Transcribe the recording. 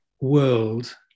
world